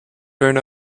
turn